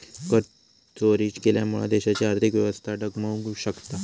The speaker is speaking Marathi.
करचोरी केल्यामुळा देशाची आर्थिक व्यवस्था डगमगु शकता